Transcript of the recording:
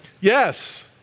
Yes